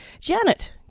Janet